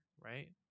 Right